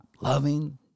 loving